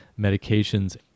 medications